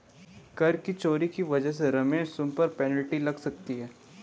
कर की चोरी की वजह से रमेश तुम पर पेनल्टी लग सकती है